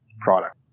product